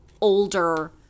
older